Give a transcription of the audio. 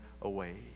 away